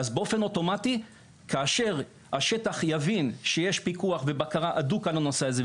אז באופן אוטומטי כאשר השטח יבין שיש פיקוח ובקרה הדוק על הנושא הזה,